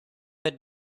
had